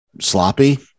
sloppy